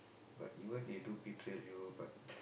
but even they do betray you but